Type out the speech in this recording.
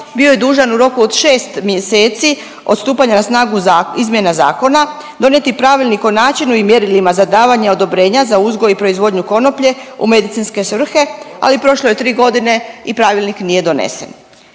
bio je dužan u roku od 6 mjeseci od stupanja na snagu izmjena zakona, donijeti pravilnik o načinu i mjerilima za davanje odobrenja za uzgoj i proizvodnju konoplje u medicinske svrhe, ali prošlo je 3 godine i pravilnik nije donesen.